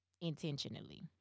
intentionally